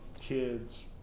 kids